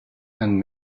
and